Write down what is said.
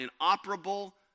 inoperable